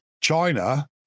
China